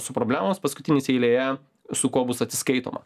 su problemos paskutinis eilėje su kuo bus atsiskaitoma